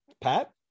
Pat